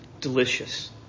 delicious